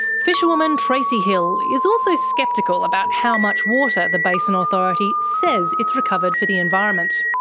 fisherwoman tracey hill is also sceptical about how much water the basin authority says it's recovered for the environment.